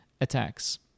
attacks